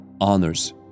honors